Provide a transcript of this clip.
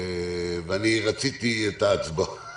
ואני רציתי את ההצבעות